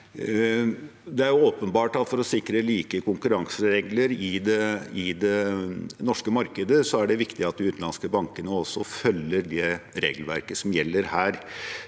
for å sikre like konkurranseregler i det norske markedet er det viktig at de utenlandske bankene også følger det regelverket som gjelder her.